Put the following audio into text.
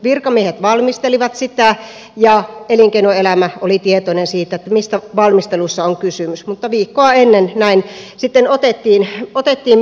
virkamiehet valmistelivat sitä ja elinkeinoelämä oli tietoinen siitä mistä valmisteluissa on kysymys mutta viikkoa ennen näin sitten otettiin minuun yhteyttä